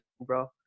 bro